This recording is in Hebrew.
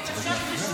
בקשת רשות